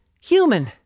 human